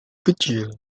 kecil